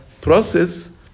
process